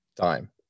time